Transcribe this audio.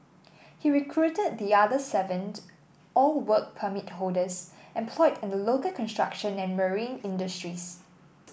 he recruited the other seven all Work Permit holders employed in the local construction and marine industries